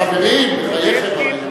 חברים, בחייכם.